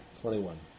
Twenty-one